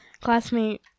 classmate